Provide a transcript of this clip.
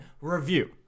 review